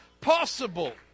possible